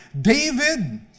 David